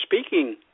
speaking